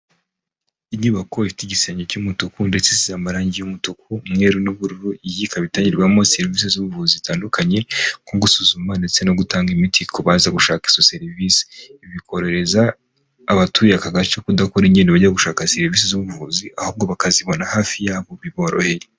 Inyubako ifite igisenge cy'umutuku ndetse n'amarangi y'umutuku umweru n'ubururu ikabatangirwamo serivisi z'ubuvuzi zitandukanye nko gusuzuma ndetse no gutanga imiti ku gushaka izo serivisi bikorohereza abatuye ako gace kudakora ingendo bajya gushaka serivisi z'ubuvuzi, ahubwo bakazibona hafi yabo biboroheye.